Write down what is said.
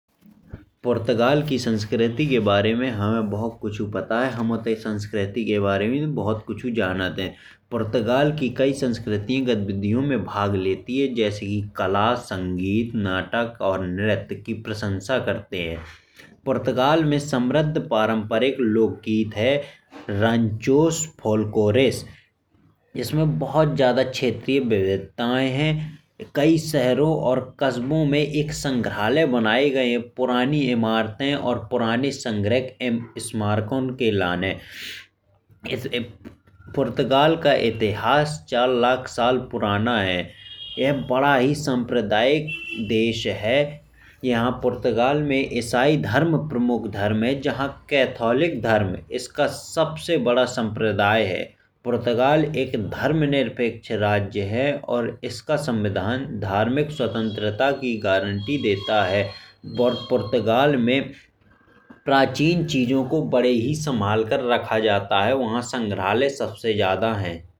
पुर्तगाल की संस्कृति के बारे में हमें बहुत कुछ पता है। हम इतते की संस्कृति के बारे में बहुत कुछु जानात है। पुर्तगाल की कई संस्कृतियों गतिविधियों में भाग लेती है जैसी कि कला। संगीत नाटक और नृत्य की प्रशंसा करते हैं। पुर्तगाल में समृद्ध पारंपरिक लोकगीत हैं। रँचोलस्कोर रेस इसमें बहुत ज्यादा क्षेत्रीय विशेषताएँ हैं। कई शहरों और कस्बों में कई संग्रहालय बनाए गए हैं। पुरानी इमारतें और पुरानी संग्रहालय स्मारकों के लाने पुर्तगाल का इतिहास चार लाख साल पुराना है। यह बड़ा ही समुदाय देश है। यहां पुर्तगाल में इसाई धर्म प्रमुख धर्म। जहां कैथोलिक धर्म इसका सबसे बड़ा समुदाय है। पुर्तगाल एक धर्मनिरपेक्ष राज्य है और इसका संविधान धार्मिक स्वतंत्रता की गारंटी देता है। और पुर्तगाल में प्राचीन चीज़ों को बड़े ही संभाल कर रखा जाता है वहाँ संग्रहालय सबसे ज्यादा है।